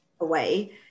away